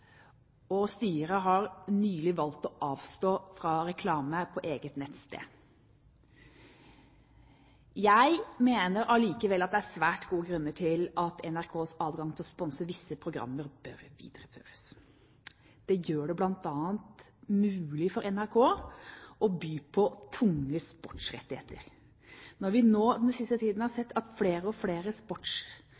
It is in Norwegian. og styret har nylig valgt å avstå fra reklame på eget nettsted. Jeg mener allikevel at det er svært gode grunner til at NRKs adgang til å sponse visse programmer bør videreføres. Dette gjør det bl.a. mulig for NRK å være med på å by på tunge sportsrettigheter. Når vi nå i den siste tiden har